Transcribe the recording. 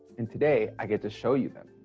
and today, i get to show you them.